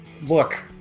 Look